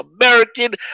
American